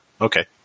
okay